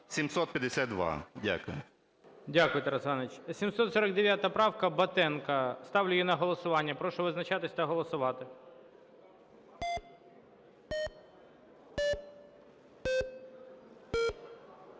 ГОЛОВУЮЧИЙ. Дякую, Тарас Іванович. 749 правка Батенка, ставлю її на голосування. Прошу визначатися та голосувати.